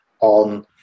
on